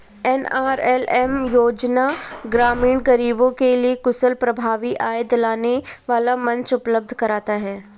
NRLM योजना ग्रामीण गरीबों के लिए कुशल और प्रभावी आय दिलाने वाला मंच उपलब्ध कराता है